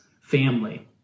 family